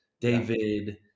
David